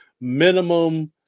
minimum